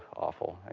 awful.